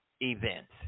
events